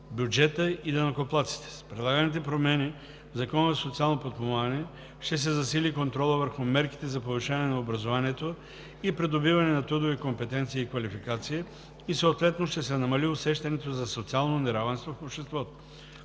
бюджета и данъкоплатците. С предлаганите промени в Закона за социално подпомагане ще се засили контролът върху мерките за повишаване на образованието и придобиване на трудови компетенции и квалификация и съответно ще се намали усещането за социално неравенство в обществото.